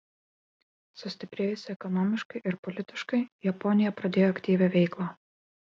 sustiprėjusi ekonomiškai ir politiškai japonija pradėjo aktyvią veiklą